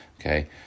Okay